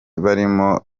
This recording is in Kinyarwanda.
barimo